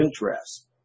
interest